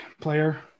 player